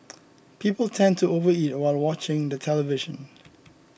people tend to overeat while watching the television